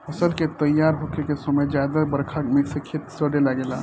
फसल के तइयार होखे के समय ज्यादा बरखा से खेत सड़े लागेला